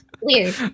Weird